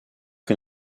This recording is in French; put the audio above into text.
que